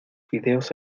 fideos